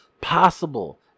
possible